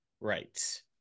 Right